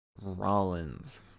Rollins